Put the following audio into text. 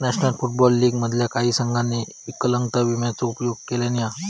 national football league मधल्या काही संघांनी विकलांगता विम्याचो उपयोग केल्यानी हा